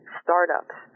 startups